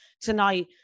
tonight